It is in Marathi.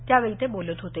त्यावेळी ते बोलत होते